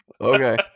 Okay